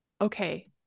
okay